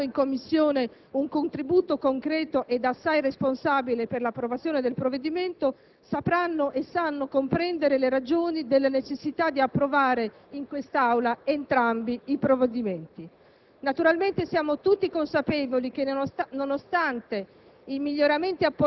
Sono certa che gli esponenti dell'opposizione, che hanno assicurato in Commissione un contributo concreto ed assai responsabile per l'approvazione del provvedimento, sanno e sapranno comprendere le ragioni della necessità di approvare in quest'Aula entrambi i provvedimenti.